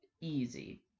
easy